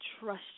trust